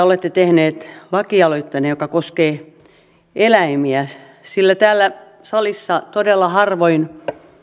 olette tehneet lakialoitteen joka koskee eläimiä sillä täällä salissa todella harvoin